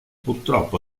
purtroppo